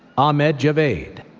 ahmed javaid,